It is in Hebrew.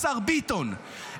השר ביטון,